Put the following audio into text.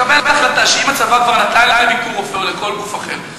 לקבל החלטה שאם הצבא כבר נתן ל"ביקורופא" או לכל גוף אחר,